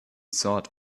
sought